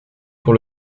pour